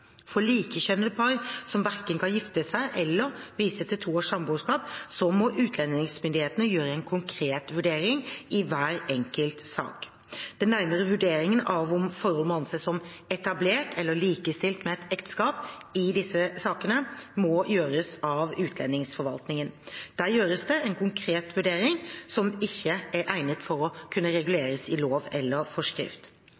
For likekjønnede par som verken kan gifte seg eller vise til to års samboerskap, må utlendingsmyndighetene gjøre en konkret vurdering i hver enkelt sak. Den nærmere vurderingen av om forholdet må anses som etablert eller likestilt med et ekteskap i disse sakene, må gjøres av utlendingsforvaltningen. Der gjøres det en konkret vurdering som ikke er egnet for å kunne